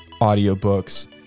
audiobooks